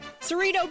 Cerrito